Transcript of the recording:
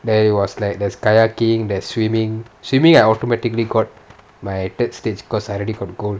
then it was like there's kayaking there's swimming swimming I automatically got my third stage secondary I already got gold